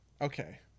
Okay